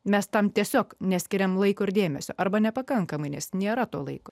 mes tam tiesiog neskiriame laiko ir dėmesio arba nepakankamai nes nėra to laiko